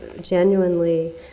genuinely